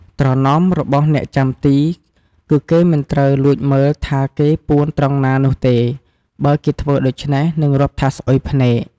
ត្រណមរបស់អ្នកចាំទី គឺគេមិនត្រូវលួចមើលថា គេពួនត្រង់ណានោះទេ បើគេធ្វើដូច្នេះនឹងរាប់ថាស្អុយភ្នែក។